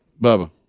Bubba